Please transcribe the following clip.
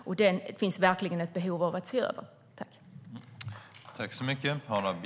Och det finns verkligen behov av att se över den.